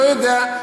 לא יודע.